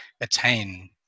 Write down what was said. attain